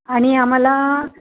आणि आम्हाला